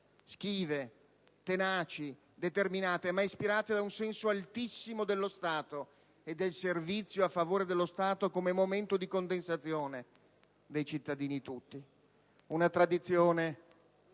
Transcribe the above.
schive, tenaci e determinate, ma ispirate da un senso altissimo dello Stato e del servizio a favore dello Stato come momento di condensazione dei cittadini tutti. Una tradizione